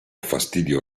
fastidio